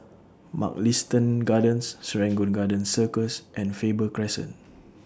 Mugliston Gardens Serangoon Garden Circus and Faber Crescent